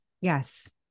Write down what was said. Yes